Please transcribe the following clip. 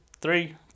three